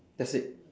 that's it